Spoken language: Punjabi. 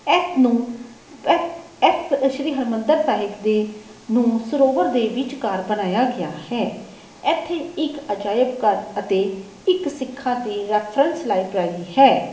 ਇਸ ਨੂੰ ਇਸ ਇਸ ਸ਼੍ਰੀ ਹਰਿਮੰਦਰ ਸਾਹਿਬ ਦੇ ਨੂੰ ਸਰੋਵਰ ਦੇ ਵਿਚਕਾਰ ਬਣਾਇਆ ਗਿਆ ਹੈ ਇੱਥੇ ਇੱਕ ਅਜਾਇਬ ਘਰ ਅਤੇ ਇੱਕ ਸਿੱਖਾਂ ਦੀ ਰੈੱਫਰੈਂਸ ਲਾਈਬ੍ਰੇਰੀ ਹੈ